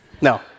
no